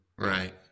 Right